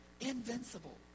invincible